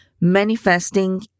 manifesting